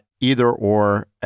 either-or